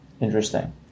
Interesting